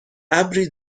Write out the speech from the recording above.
ابری